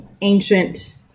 ancient